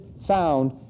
found